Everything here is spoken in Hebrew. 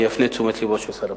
ואני אפנה את תשומת לבו של שר הפנים.